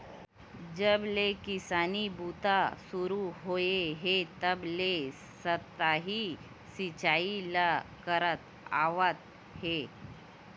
जब ले किसानी बूता सुरू होए हे तब ले सतही सिचई ल करत आवत हे